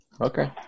okay